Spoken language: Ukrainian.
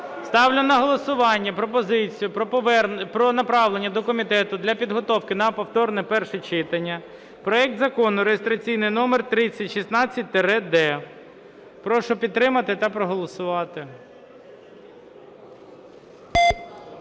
Ставлю на голосування пропозицію про направлення до комітету для підготовки на повторне перше читання проект Закону (реєстраційний номер 3016-д). Прошу підтримати проголосувати.